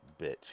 bitch